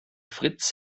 fritz